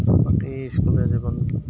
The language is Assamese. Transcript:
বাকী ইস্কুলীয়া জীৱন